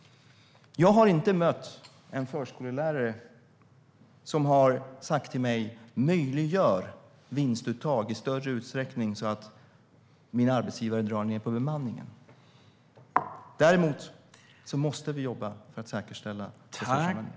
Jag har inte mött en enda förskollärare som har sagt till mig: Möjliggör vinstuttag i större utsträckning så att min arbetsgivare drar ned på bemanningen! Däremot måste vi jobba för att säkerställa resursanvändningen.